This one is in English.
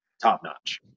top-notch